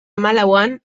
hamalauan